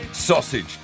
Sausage